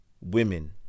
women